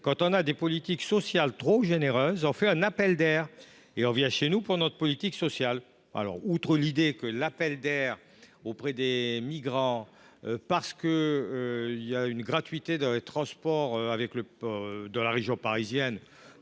Quand on a des politiques sociales trop généreuses, on fait un appel d’air, et on vient chez nous pour notre politique sociale. » Outre que l’idée d’un appel d’air migratoire lié à la gratuité dans les transports de région parisienne